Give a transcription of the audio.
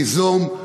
ליזום,